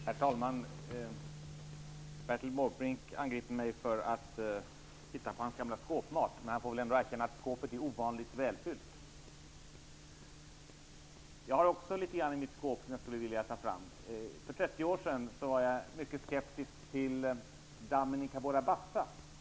Herr talman! Bertil Måbrink angriper mig för att titta på hans gamla skåpmat, men han får väl ändå erkänna att skåpet är ovanligt välfyllt. Jag har också litet grand i mitt skåp som jag skulle vilja ta fram. För 30 år sedan var jag mycket skeptisk till dammen i Cabora Bassa.